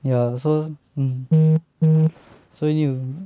ya so hmm so you need to